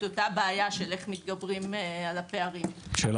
אותה הבעיה של איך מתגברים על הפערים כמו